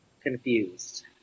confused